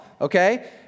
Okay